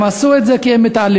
הם עשו את זה כי הם מתעללים,